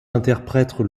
interprètes